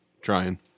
Trying